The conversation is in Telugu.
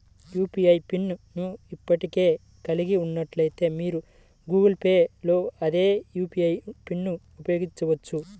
యూ.పీ.ఐ పిన్ ను ఇప్పటికే కలిగి ఉన్నట్లయితే, మీరు గూగుల్ పే లో అదే యూ.పీ.ఐ పిన్ను ఉపయోగించవచ్చు